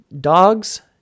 Dogs